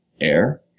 air